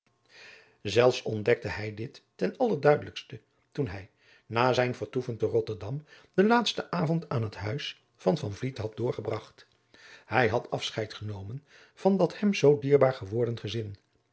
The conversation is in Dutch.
zelfs ontdekte hij dit ten allerduidelijkste toen hij na zijn vertoeven te rotterdam den laatsten avond aan het huis van van vliet had doorgebragt hij had afscheid genomen van dat hem zoo dierbaar geworden gezin